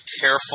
careful